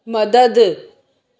मदद